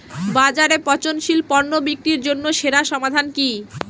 বাজারে পচনশীল পণ্য বিক্রির জন্য সেরা সমাধান কি?